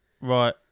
Right